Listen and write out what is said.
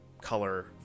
color